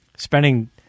Spending